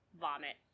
Vomit